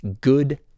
good